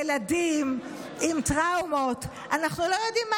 לילדים עם טראומות: אנחנו לא יודעים מה